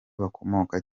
bakomoka